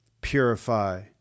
Purify